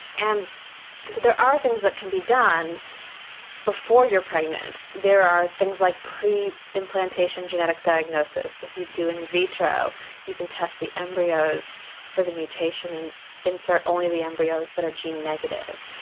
and there are things that can be done before you are pregnant. there are things like pre-implantation genetic diagnosis. if you do in vitro you can test the embryos for the mutation and insert only the embryos that are gene negative.